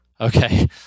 okay